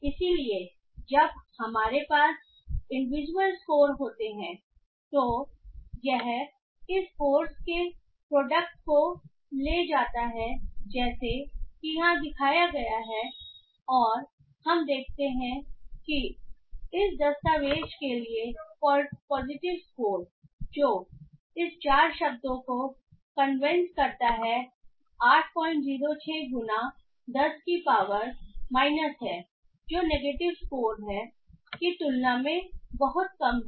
इसलिए जब हमारे पास इंडिविजुअल स्कोर होते हैं तो यह इस कोर्स के प्रोडक्ट को ले जाता है जैसा कि यहां दिखाया गया है और हम पाते हैं कि इस दस्तावेज़ के लिए पॉजिटिव स्कोर जो इस 4 शब्दों को कन्वेंस करता है 806 गुना 10 की पावर माइनस है जो नेगेटिव स्कोर की तुलना में बहुत कम है